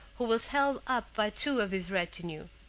who was held up by two of his retinue.